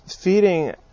feeding